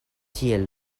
tiel